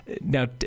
Now